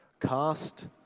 Cast